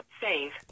Save